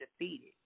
Defeated